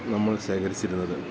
നമ്മൾ ശേഖരിച്ചിരുന്നത്